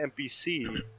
NPC